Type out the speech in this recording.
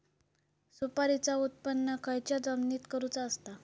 सुपारीचा उत्त्पन खयच्या जमिनीत करूचा असता?